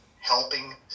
helping